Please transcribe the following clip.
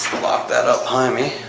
lock that up behind me.